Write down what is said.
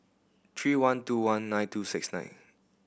three one two one nine two six nine